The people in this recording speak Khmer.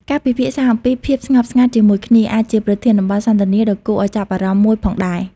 ការពិភាក្សាអំពីភាពស្ងប់ស្ងាត់ជាមួយគ្នា អាចជាប្រធានបទសន្ទនាដ៏គួរឱ្យចាប់អារម្មណ៍មួយផងដែរ។